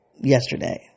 yesterday